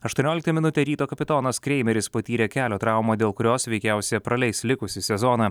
aštuonioliktąją minutę ryto kapitonas kreimeris patyrė kelio traumą dėl kurios veikiausiai praleis likusį sezoną